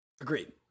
Agreed